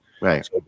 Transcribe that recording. Right